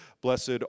Blessed